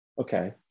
Okay